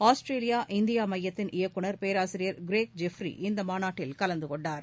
Australia India மையத்தின் இயக்குநர் பேராசிரியர் க்ரேக் ஜெஃப்ரி இந்த மாநாட்டில் கலந்து கொண்டார்